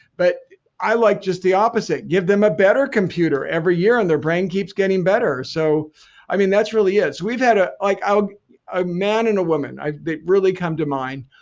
but i like just the opposite. give them a better computer every year and their brain keeps getting better so i mean that's really it. we've had ah like ah a man and a woman, they really come to mind.